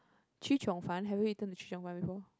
chee-cheong-fun have you eaten the chee-cheong-fun before